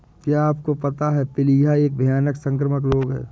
क्या आपको पता है प्लीहा एक भयानक संक्रामक रोग है?